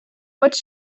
what